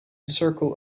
circle